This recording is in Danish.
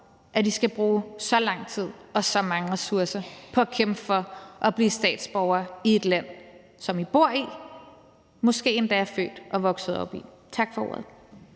at I skal bruge så lang tid og så mange ressourcer på at kæmpe for at blive statsborgere i et land, som I bor i og måske endda er født og vokset op i. Tak for ordet.